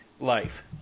life